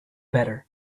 better